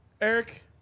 Eric